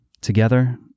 Together